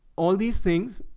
all these things,